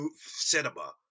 cinema